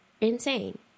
insane